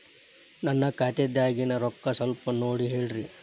ನನ್ನ ಖಾತೆದಾಗಿನ ರೊಕ್ಕ ಸ್ವಲ್ಪ ನೋಡಿ ಹೇಳ್ರಿ